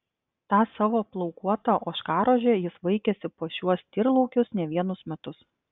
tą savo plaukuotą ožkarožę jis vaikėsi po šiuos tyrlaukius ne vienus metus